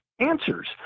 answers